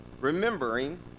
Remembering